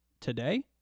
today